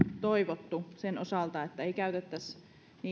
toivottu sen osalta että ei käytettäisi